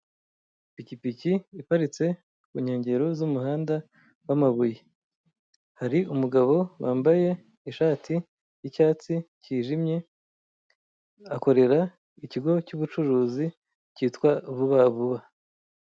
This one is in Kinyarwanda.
Ipikipiki iparitse ku nkengero z'umuhanda w'amabuye hari umugabo wambaye ishati y'icyatsi kijimye akorera ikigo cy'ubucuruzi kitwa vuba vuba.